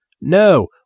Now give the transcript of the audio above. No